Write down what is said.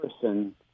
person